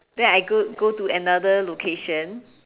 then I go go to another location